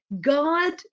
God